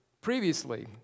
Previously